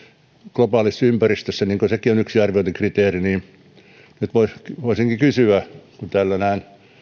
globaalissa ympäristössä kun sekin on yksi arviointikriteeri niin nyt voisinkin pyytää kun täällä näen